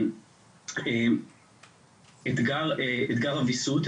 אתגר הוויסות.